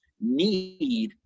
need